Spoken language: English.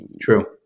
True